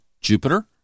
Jupiter